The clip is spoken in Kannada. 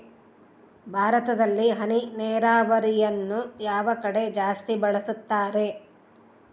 ಭಾರತದಲ್ಲಿ ಹನಿ ನೇರಾವರಿಯನ್ನು ಯಾವ ಕಡೆ ಜಾಸ್ತಿ ಬಳಸುತ್ತಾರೆ?